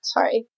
Sorry